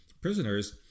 prisoners